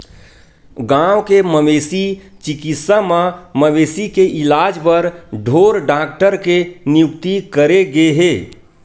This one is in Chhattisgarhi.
गाँव के मवेशी चिकित्सा म मवेशी के इलाज बर ढ़ोर डॉक्टर के नियुक्ति करे गे हे